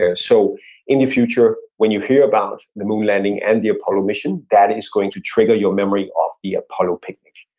ah so in the future when you hear about the moon landing and the apollo mission, that is going to trigger your memory of the apollo picnic.